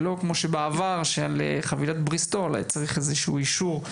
שלא כמו בעבר שעל חבילת בריסטול היה נדרש אישור.